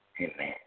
Amen